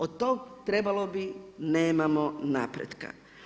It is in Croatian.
Od tog trebalo bi nemamo napretka.